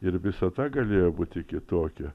ir visata galėjo būti kitokia